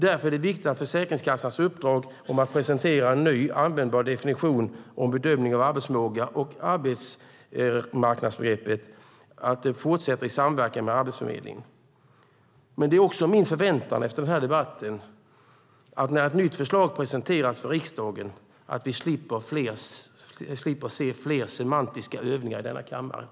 Därför är det viktigt att Försäkringskassans uppdrag att presentera en ny, användbar definition av bedömning av arbetsförmåga och arbetsmarknadsbegreppet fortsätter i samverkan med Arbetsförmedlingen. Efter denna debatt är det också min förväntan att vi när ett nytt förslag presenteras för riksdagen slipper se fler semantiska övningar i denna kammare.